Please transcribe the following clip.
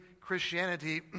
Christianity